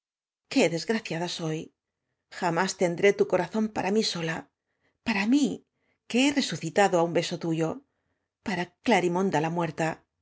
desgra ciada soy jamás tendré tu corazón para m í sola para mí que he resucitado á un beso tuyo para glarimonda la muerta